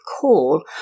call